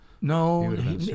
No